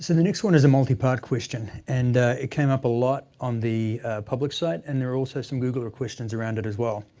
so the next one is a multi-part question. and it came up a lot on the public site and there are also some googler questions around it as well.